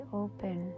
open